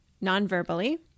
non-verbally